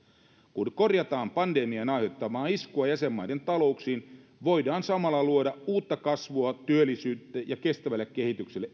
kun korjataan pandemian aiheuttamaa iskua jäsenmaiden talouksiin voidaan samalla luoda uutta kasvua työllisyyttä ja edellytyksiä kestävälle kehitykselle